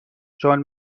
چون